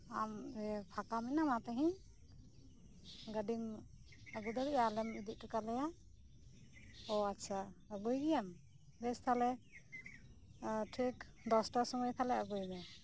ᱟᱢ ᱤᱭᱟᱹ ᱯᱷᱟᱠᱟ ᱢᱮᱱᱟᱢᱟ ᱛᱮᱹᱦᱮᱹᱧ ᱜᱟᱹᱰᱤᱢ ᱟᱹᱜᱩ ᱫᱟᱲᱮᱭᱟᱜᱼᱟ ᱟᱞᱮᱢ ᱤᱫᱤ ᱦᱚᱴᱩ ᱠᱟᱞᱮᱭᱟ ᱚ ᱟᱪᱷᱟ ᱟᱹᱜᱩᱭ ᱜᱮᱭᱟᱢ ᱵᱮᱥᱛᱟᱦᱚᱞᱮ ᱴᱷᱤᱠ ᱫᱚᱥᱴᱟ ᱥᱳᱢᱳᱭ ᱛᱟᱦᱚᱞᱮ ᱟᱹᱜᱩᱭᱢᱮ